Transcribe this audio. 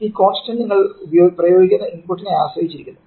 ഈ കോൺസ്റ്സ്ന്റ് നിങ്ങൾ പ്രയോഗിക്കുന്ന ഇൻപുട്ടിനെ ആശ്രയിച്ചിരിക്കുന്നു